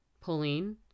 Pauline